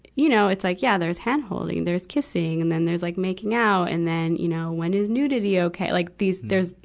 you know, it's like yeah there's handholding, there's kissing, and then there's like making out. and then, you know, when is nudity okay? like these, there's,